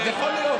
אז יכול להיות.